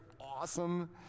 awesome